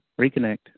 Reconnect